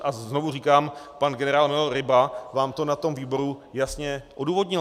A znovu říkám, pan generálmajor Ryba vám to na výboru jasně odůvodnil.